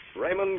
raymond